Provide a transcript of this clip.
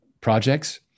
projects